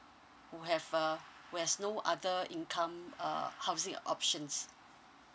who have a who has no other income uh housing options